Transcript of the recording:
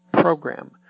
program